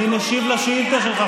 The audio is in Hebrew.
אני משיב על השאילתה שלך,